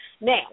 Now